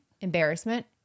embarrassment